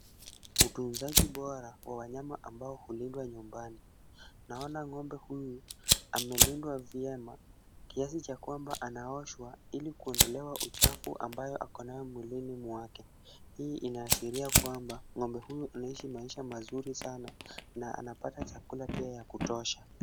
Utunzaji bora wa wanyama ambao hulindwa nyumbani. Naona ng'ombe huyu amelindwa vyema, kiasi cha kwamba anaoshwa ili kuondolewa uchafu ambayo ako nayo mwilini mwake. Hii inaashiria kwamba ng'ombe huyu anaishi maisha mazuri sana na anapata chakula pia ya kutosha.